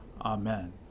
Amen